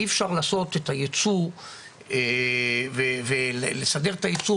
אי אפשר לעשות את הייצוא ולסדר את הייצוא